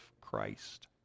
Christ